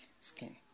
skin